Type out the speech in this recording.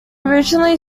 originally